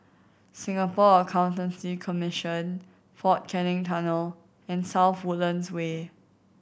Singapore Accountancy Commission Fort Canning Tunnel and South Woodlands Way